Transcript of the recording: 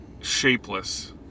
shapeless